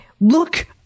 Look